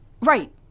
Right